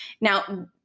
Now